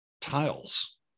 tiles